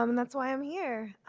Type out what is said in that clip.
um that's why i'm here.